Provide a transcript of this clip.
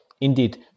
indeed